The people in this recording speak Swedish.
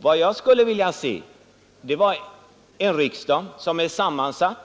Vad jag skulle vilja se är en riksdag sammansatt